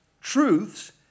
truths